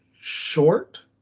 short